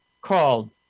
called